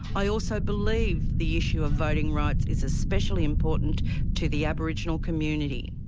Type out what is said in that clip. i also believe the issue of voting rights is especially important to the aboriginal community.